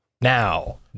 Now